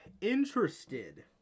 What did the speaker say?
interested